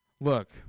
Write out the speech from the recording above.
Look